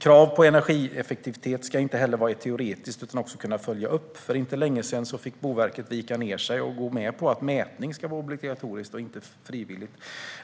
Krav på energieffektivitet ska inte heller vara teoretiska, utan de ska kunna följas upp. För inte så länge sedan fick Boverket vika sig och gå med på att mätning ska vara obligatoriskt och inte frivilligt.